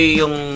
yung